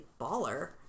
baller